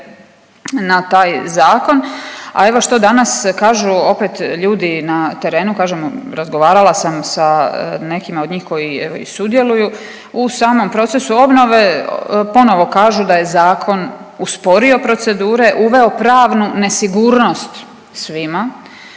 na taj Zakon, a evo što danas kažu opet ljudi na terenu, kažem, razgovarala sam sa nekima od njih, koji evo i sudjeluju u samom procesu obnove, ponovo kažu da je zakon usporio procedure, uveo pravnu nesigurnost svima,